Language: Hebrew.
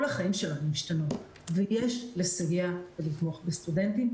כל החיים שלנו השתנו ויש לסייע ולתמוך בסטודנטים,